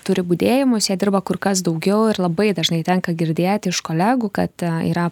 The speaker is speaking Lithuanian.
turi budėjimus jie dirba kur kas daugiau ir labai dažnai tenka girdėti iš kolegų kad yra